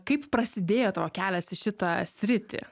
kaip prasidėjo tavo kelias į šitą sritį